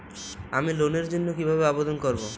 আমি লোনের জন্য কিভাবে আবেদন করব?